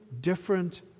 different